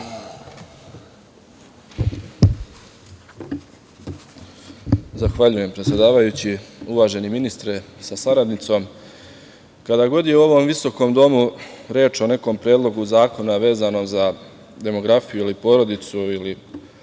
Zahvaljujem, predsedavajući. Uvaženi ministre sa saradnicom, kada god je u ovom visokom domu reč o nekom predlogu zakona vezano za demografiju ili porodicu ili